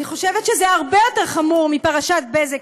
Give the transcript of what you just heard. אני חושבת שזה הרבה יותר חמור מפרשת בזק,